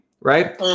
right